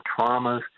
traumas